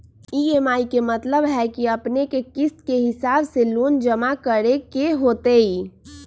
EMI के मतलब है कि अपने के किस्त के हिसाब से लोन जमा करे के होतेई?